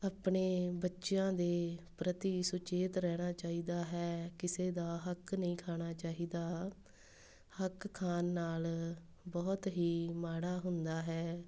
ਆਪਣੇ ਬੱਚਿਆਂ ਦੇ ਪ੍ਰਤੀ ਸੁਚੇਤ ਰਹਿਣਾ ਚਾਹੀਦਾ ਹੈ ਕਿਸੇ ਦਾ ਹੱਕ ਨਹੀਂ ਖਾਣਾ ਚਾਹੀਦਾ ਹੱਕ ਖਾਣ ਨਾਲ਼ ਬਹੁਤ ਹੀ ਮਾੜਾ ਹੁੰਦਾ ਹੈ